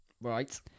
right